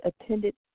attended